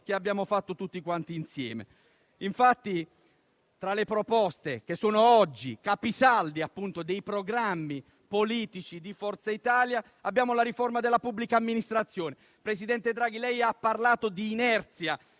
che abbiamo fatto tutti insieme. Tra le proposte che oggi sono capisaldi dei programmi politici di Forza Italia abbiamo la riforma della pubblica amministrazione. Presidente Draghi, lei ha parlato di inerzia